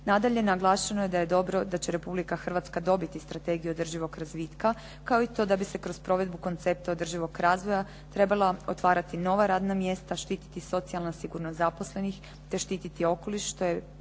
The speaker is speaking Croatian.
Nadalje, naglašeno je dobro da će Republika Hrvatska dobiti Strategiju održivog razvitaka, kao i to da bi se kroz provedbu koncepta održivog razvoja trebalo otvarati nova radna mjesta, štiti socijalna sigurnost zaposlenih, te štiti okoliš što je